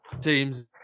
teams